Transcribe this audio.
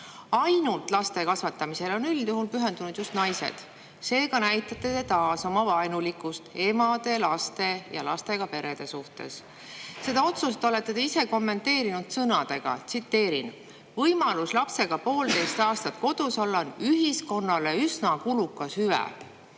Ainult laste kasvatamisele on üldjuhul pühendunud just naised. Seega näitate taas oma vaenulikkust emade, laste ja lastega perede suhtes. Seda otsust olete ise kommenteerinud [järgmiste] sõnadega, tsiteerin: võimalus lapsega poolteist aastat kodus olla on ühiskonnale üsna kulukas hüve,